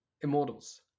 Immortals